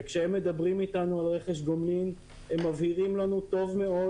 וכשהם מדברים איתנו על רכש גומלין הם מבהירים לנו טוב מאוד